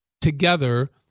together